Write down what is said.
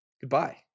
goodbye